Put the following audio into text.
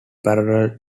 parallel